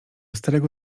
starego